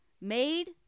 made